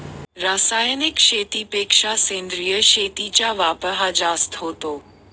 रासायनिक शेतीपेक्षा सेंद्रिय शेतीचा वापर हा जास्त होतो